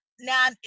Now